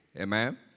Amen